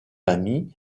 ami